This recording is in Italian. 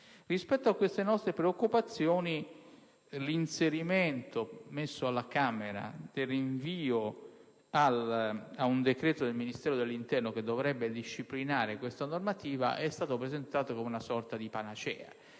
Rispetto a queste nostre preoccupazioni, l'inserimento presso la Camera dei deputati del rinvio ad un decreto del Ministero dell'interno che dovrebbe disciplinare questa norma è stato presentato come una sorta di panacea.